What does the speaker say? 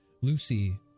Lucy